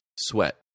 sweat